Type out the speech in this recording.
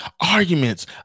arguments